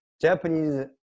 Japanese